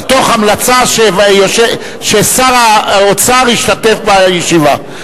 תוך המלצה ששר האוצר ישתתף בישיבה.